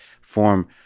form